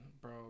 bro